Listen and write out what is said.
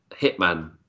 hitman